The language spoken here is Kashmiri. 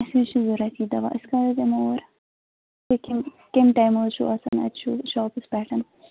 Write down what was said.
اَسہِ حظ چھُ ضروٗرت یہِ دَوا أسۍ کَر حظ یِمو اور تُہۍ کَمہِ کَمہِ ٹایمہٕ حظ چھِو آسان اَتہِ شاپَس پیٚٚٹھ